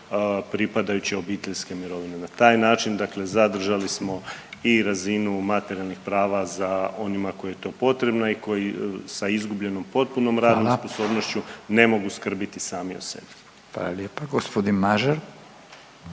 pripadajuće obiteljske mirovine. Na taj način zadržali smo i razinu materijalnih prava onima kojima je to potrebno i sa izgubljenom potpunom radnom sposobnošću **Radin, Furio (Nezavisni)** …/Upadica